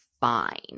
fine